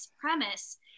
premise